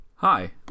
Hi